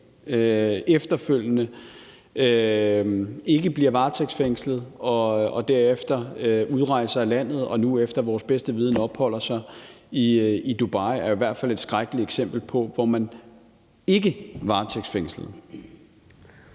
efterfølgende ikke bliver varetægtsfængslet, derefter udrejser af landet og nu efter vores bedste vidende opholder sig i Dubai, i hvert fald er et skrækkeligt eksempel på en situation, hvor man ikke varetægtsfængslede.